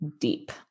deep